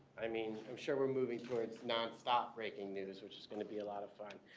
i mean, i'm sure we're moving towards nonstop breaking news, which is going to be a lot of fun.